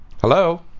Hello